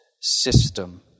system